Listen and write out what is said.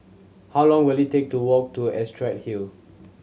how long will it take to walk to Astrid Hill